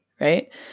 Right